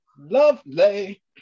Lovely